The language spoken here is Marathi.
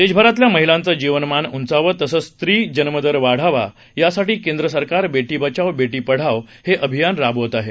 देशभरातल्यामहिलांचंजीवनमानउंचावतसंचस्त्रीजन्मदरवाढावायासाठीकेंद्रसरकारबेटीबचावबेटीपढावहेअभियान राबवतआहे